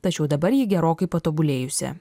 tačiau dabar ji gerokai patobulėjusi